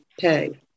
pay